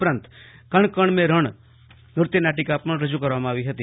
ઉપરાંત કણ કણ મે રણ નૃત્ય નાટિકા પણ રજુ કરવામાં આવી હતી